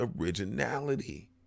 originality